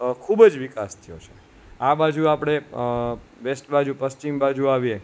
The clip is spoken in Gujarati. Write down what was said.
ખૂબ જ વિકાસ થયો છે આ બાજુ આપણે વેસ્ટ બાજુ પશ્ચિમ બાજુ આવીએ